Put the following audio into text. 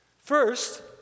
First